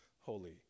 holy